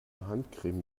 handcreme